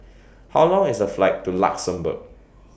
How Long IS The Flight to Luxembourg